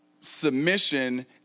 submission